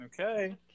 Okay